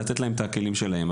לתת להם את הכלים שלהם.